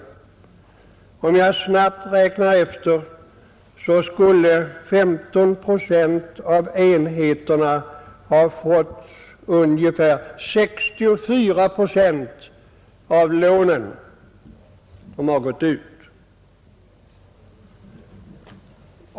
Om jag snabbt räknar efter, finner jag att 15 procent av enheterna skulle ha fått 64 procent av de lån som har gått ut.